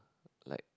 like